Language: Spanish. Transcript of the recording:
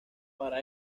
para